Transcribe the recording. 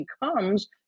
becomes